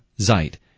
Zeit